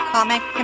Comic